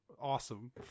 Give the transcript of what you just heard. awesome